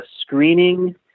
screening